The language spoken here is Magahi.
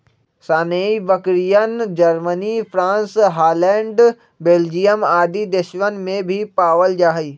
सानेंइ बकरियन, जर्मनी, फ्राँस, हॉलैंड, बेल्जियम आदि देशवन में भी पावल जाहई